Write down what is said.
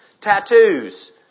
Tattoos